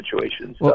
situations